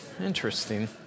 interesting